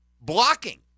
blocking